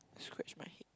scratch my head